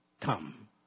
come